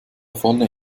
vorne